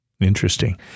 Interesting